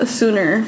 sooner